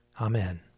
Amen